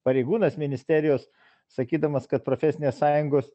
pareigūnas ministerijos sakydamas kad profesinės sąjungos